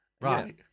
Right